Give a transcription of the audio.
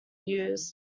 used